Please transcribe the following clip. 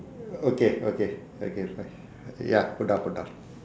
okay okay okay bye ya put down put down